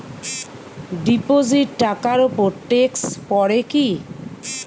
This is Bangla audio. ডিপোজিট টাকার উপর ট্যেক্স পড়ে কি?